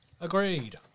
Agreed